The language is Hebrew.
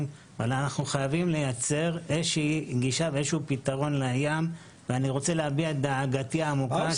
אנחנו חייבים לייצר גישה לים ואני רוצה להביע את דאגתי העמוקה.